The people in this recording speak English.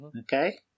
Okay